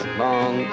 long